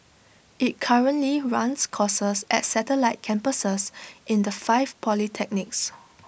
IT currently runs courses at satellite campuses in the five polytechnics